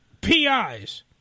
PIs